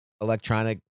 electronic